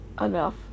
enough